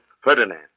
Ferdinand